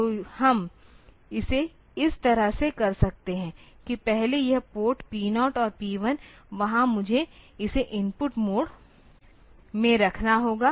तो हम इसे इस तरह से कर सकते हैं कि पहले यह पोर्ट P0 और P1 वहां मुझे इसे इनपुट मोड में रखना होगा